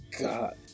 God